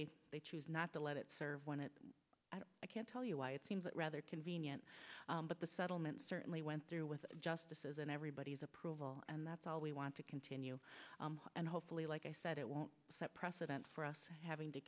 they they choose not to let it serve when it i can't tell you why it seems rather convenient but the settlement certainly went through with justices and everybody's approval and that's all we want to continue and hopefully like i said it won't set precedents for us having to